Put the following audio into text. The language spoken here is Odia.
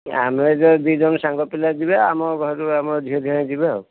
ଆମେ ଯେଉଁ ଦୁଇଣ ସାଙ୍ଗ ପିଲା ଯିବେ ଆମ ଘରୁ ଆମ ଝିଅ ଦିହେଁ ଯିବେ ଆଉ